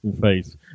face